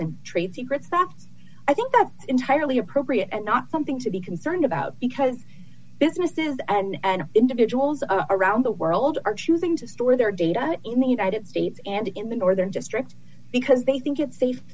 and trade secrets that i think that's entirely appropriate and not something to be concerned about because businesses and individuals around the world are choosing to store their data in the united states and in the northern district because they think it's safe